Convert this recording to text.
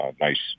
nice